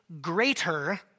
greater